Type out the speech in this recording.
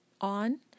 on